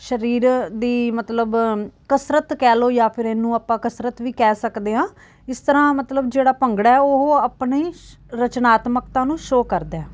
ਸਰੀਰ ਦੀ ਮਤਲਬ ਕਸਰਤ ਕਹਿ ਲਓ ਜਾਂ ਫਿਰ ਇਹਨੂੰ ਆਪਾਂ ਕਸਰਤ ਵੀ ਕਹਿ ਸਕਦੇ ਹਾਂ ਇਸ ਤਰ੍ਹਾਂ ਮਤਲਬ ਤਾਂ ਜਿਹੜਾ ਭੰਗੜਾ ਹੈ ਉਹ ਆਪਣੇ ਰਚਨਾਤਮਕਤਾ ਨੂੰ ਸ਼ੋ ਕਰਦਾ ਹੈ